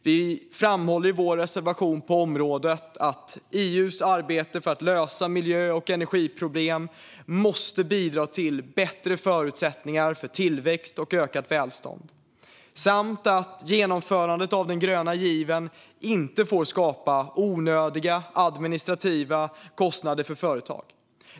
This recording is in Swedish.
Vi framhåller i vår reservation på området att EU:s arbete för att lösa miljö och energiproblem måste bidra till bättre förutsättningar för tillväxt och ökat välstånd. Genomförandet av den gröna given får inte skapa onödiga administrativa kostnader för företag.